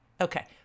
Okay